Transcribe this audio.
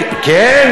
כן,